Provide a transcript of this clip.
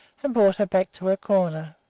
and brought her back to her corner.